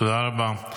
תודה רבה.